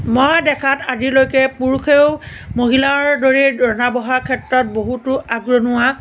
মই দেখাত আজিলৈকে পুৰুষেও মহিলাৰ দৰেই ৰন্ধা বঢ়াৰ ক্ষেত্ৰত বহুতো আগৰণুৱা